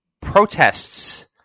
protests